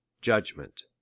judgment